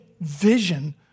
vision